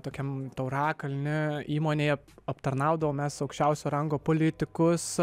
tokiam taurakalnio įmonėje aptarnaudavom mes aukščiausio rango politikus